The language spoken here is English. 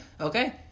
Okay